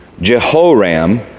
Jehoram